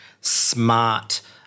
smart